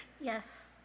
Yes